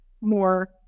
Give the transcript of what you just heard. more